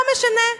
לא משנה.